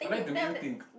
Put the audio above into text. I like to make you think